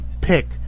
pick